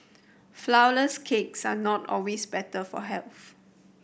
flourless cakes are not always better for health